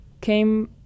came